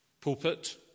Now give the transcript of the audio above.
pulpit